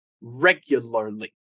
Regularly